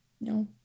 No